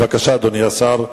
בבקשה, אדוני השר.